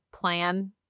plan